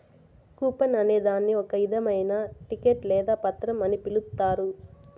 coupon అనే దాన్ని ఒక ఇధమైన టికెట్ లేదా పత్రం అని పిలుత్తారు